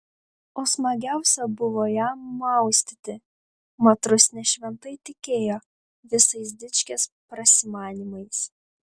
o smagiausia buvo ją maustyti mat rusnė šventai tikėjo visais dičkės prasimanymais